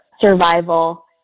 survival